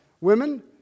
women